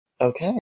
okay